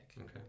okay